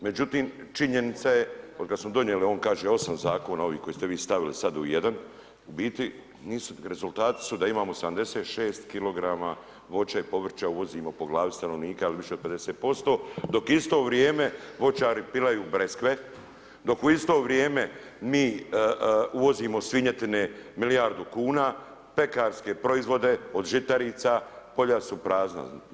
Međutim, činjenica je od kad smo donijeli, on kaže 8 zakona ovih koje ste vi stavili sad u jedan, u biti rezultati su da imamo 76 kg voća i povrća uvozimo po glavi stanovnika ili više od 50%, dok u isto vrijeme voćari pilaju breske, dok u isto vrijeme mi mi uvozimo svinjetine milijardu kuna, pekarske proizvode od žitarica, polja su prazna.